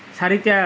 চাৰিটা